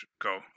go